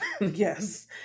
Yes